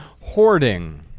hoarding